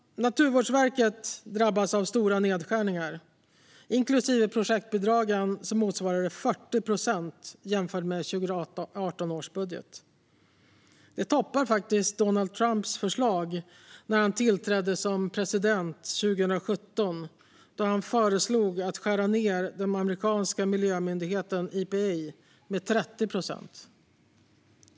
Naturvårdsverket drabbas av stora nedskärningar. Inklusive projektbidragen motsvarar nedskärningarna 40 procent jämfört med 2018 års budget. Det toppar Donald Trumps förslag när han tillträdde som president 2017. Han föreslog då att skära ned den amerikanska miljömyndigheten EPA med 30 procent.